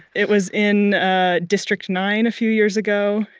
it was in ah district nine a few years ago,